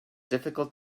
difficult